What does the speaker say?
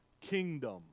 kingdom